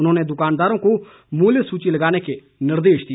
उन्होंने दुकानदारों को मूल्य सूची लगाने के निर्देश दिए